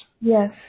Yes